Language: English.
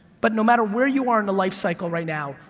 but no matter where you are in the lifecycle right now,